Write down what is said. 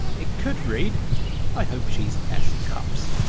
it could read i hope she's s cups.